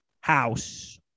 house